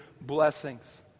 blessings